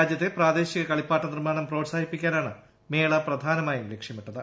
രാജ്യത്തെ പ്രാദേശിക കളിപ്പാട്ട നിർമ്മാണം പ്രോത്സാഹിപ്പിക്കാനാണ് മേള പ്രധാനമായും ലക്ഷ്യമിട്ടത്